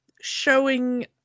showing